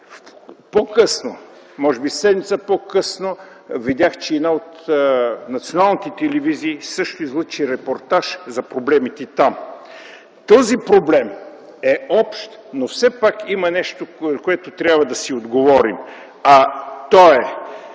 автомобили. Може би седмица по-късно видях, че една от националните телевизии също излъчи репортаж за проблемите там. Този проблем е общ, но все пак има нещо, на което трябва да си отговорим, а то е: